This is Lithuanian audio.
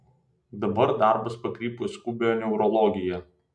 dabar darbas pakrypo į skubiąją neurologiją